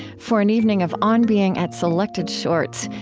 for an evening of on being at selected shorts,